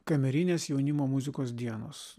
kamerinės jaunimo muzikos dienos